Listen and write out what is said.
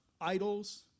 idols